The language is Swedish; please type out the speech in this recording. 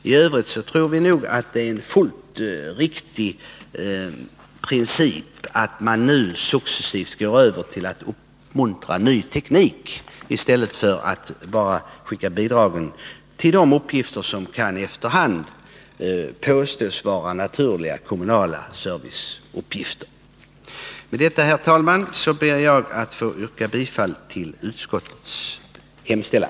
I övrigt tror vi att det är en helt riktig princip att nu successivt gå över till att uppmuntra till ny teknik i stället för att bara skicka bidrag för de uppgifter som efter hand kan påstås vara naturliga kommunala serviceuppgifter. Herr talman! Med det anförda ber jag att få yrka bifall till utskottets hemställan.